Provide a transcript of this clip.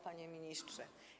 Panie Ministrze!